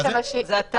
זה אתה.